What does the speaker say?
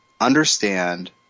understand